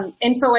info